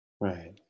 Right